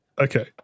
Okay